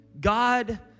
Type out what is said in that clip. God